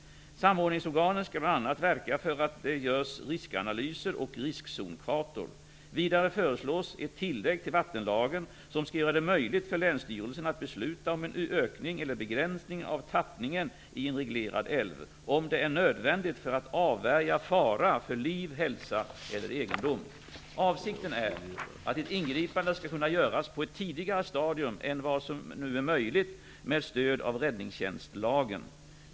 Samordningsorganen skall bl.a. verka för att det görs riskanalyser och riskzonskartor. Vidare föreslås ett tilllägg till vattenlagen som skall göra det möjligt för länsstyrelsen att besluta om en ökning eller en begränsning av tappningen i en reglerad älv, om det är nödvändigt för att avvärja fara för liv, hälsa eller egendom. Avsikten är att ett ingripande skall kunna göras på ett tidigare stadium än vad som nu är möjligt med stöd av räddningstjänstlagen.